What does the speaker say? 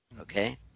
Okay